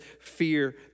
fear